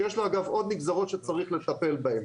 שאגב יש לו עוד נגזרות שצריך לטפל בהן.